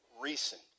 recent